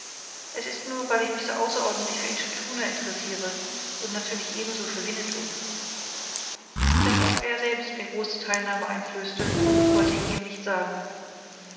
es ist nur weil ich mich so außerordentlich für intschu tschuna interessiere und natürlich ebenso für winnetou daß auch er selbst mir große teilnahme einflößte wollte ich ihm nicht sagen